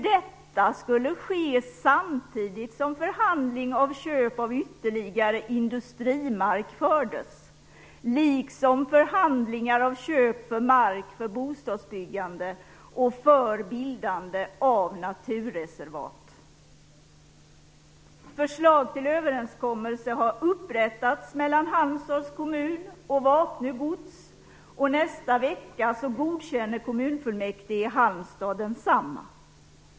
Detta skulle ske samtidigt som förhandling om köp av ytterligare industrimark fördes, liksom förhandling om köp av mark för bostadsbyggande och för bildande av naturreservat. Förslag till överenskommelse har upprättats mellan Halmstads kommun och Vapnö gods. Nästa vecka godkänner kommunfullmäktige i Halmstad detta.